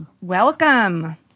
welcome